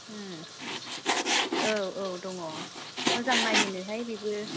औ औ दङ मोजां नायोनोहाय बेबो